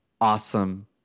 awesome